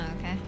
okay